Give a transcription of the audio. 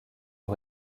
aux